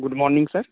good morning sir